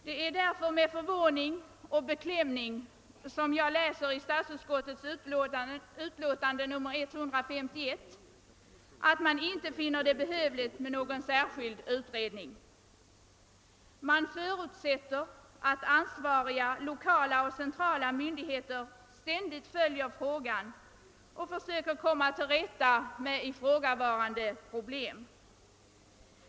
Det är därför med förvåning och beklämning som jag läser i statsutskottets utlåtande nr 151, att man inte finner det behövligt med någon särskild utredning. Man förutsätter att ansvariga lokala och centrala myndigheter ständigt följer utvecklingen och försöker komma till rätta med ifrågavarande problem.